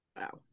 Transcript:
Wow